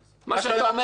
מה שאתה אומר עכשיו?